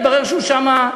התברר שהוא שם,